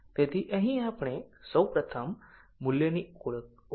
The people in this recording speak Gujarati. તેથી અહીં આપણે સૌપ્રથમ મૂલ્યની ઓળખ સાથે પ્રારંભ કરીએ છીએ